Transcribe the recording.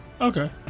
Okay